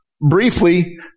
briefly